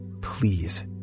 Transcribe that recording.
Please